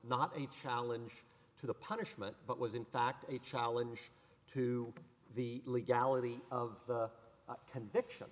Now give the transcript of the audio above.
not a challenge to the punishment but was in fact a challenge to the legality of the conviction